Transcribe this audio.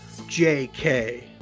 JK